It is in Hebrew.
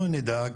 אנחנו נדאג,